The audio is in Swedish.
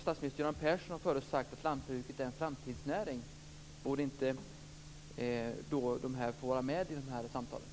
Statsminister Göran Person har förut sagt att lantbruket är en framtidsnäring. Borde då inte dessa få vara med i samtalen?